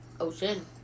Ocean